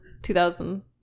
2000